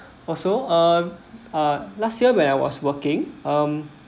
also uh uh last year when I was working um